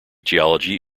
geology